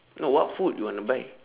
no what food you want to buy